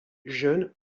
jeunes